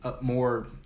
more